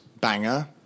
banger